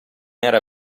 era